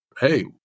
hey